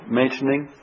mentioning